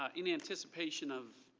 ah in anticipation of